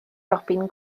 robin